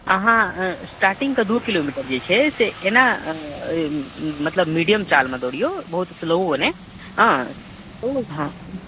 अहाँ स्टार्टिंगके दू किलोमीटर जे छै से एना मतलब मीडियम चालमे दौड़ियौ बहुत स्लोओ नहि हाँ ओ हाँ